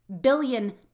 billion